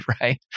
right